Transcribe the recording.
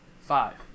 Five